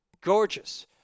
gorgeous